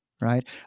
right